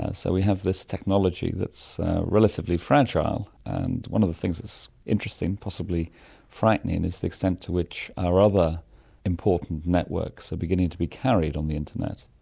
ah so we have this technology that's relatively fragile. and one of the things that's interesting, possibly frightening, is the extent to which our other important networks are beginning to be carried on the internet,